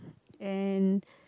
and